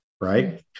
right